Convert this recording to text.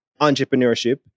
entrepreneurship